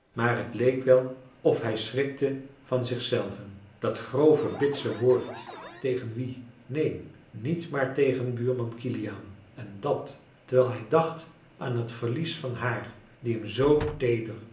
maar het leek wel of hij schrikte van zich zelven dat grove bitse woord tegen wien neen niet maar tegen buurman kiliaan en dàt terwijl hij dacht aan het verlies van haar die hem zoo teeder